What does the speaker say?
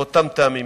מאותם טעמים,